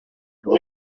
rwo